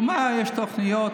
הוא אמר, יש תוכניות.